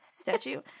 statue